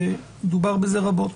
כי דובר בזה רבות.